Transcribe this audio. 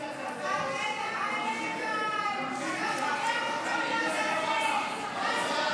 ההצעה להעביר לוועדה את הצעת חוק הגנה על